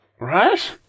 right